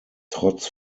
trotz